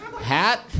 hat